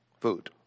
Food